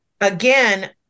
again